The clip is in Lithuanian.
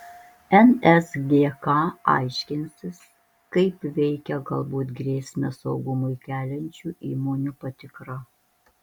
nsgk aiškinsis kaip veikia galbūt grėsmę saugumui keliančių įmonių patikra